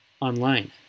online